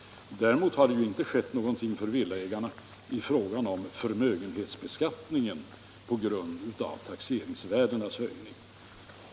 Däremot har det inte skett någonting för villaägarna i fråga om förmögenhetsbeskattningen på grund av taxeringsvärdenas höjning.